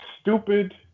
stupid